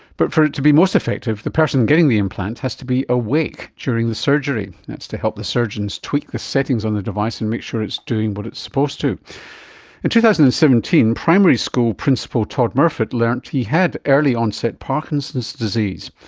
but for it to be most effective, the person getting the implant has to be awake during the surgery, that's to help the surgeons tweak the settings on the device and make sure it's doing what it's supposed to. in two thousand and seventeen, primary school principal todd murfitt learned he had early onset parkinson's disease.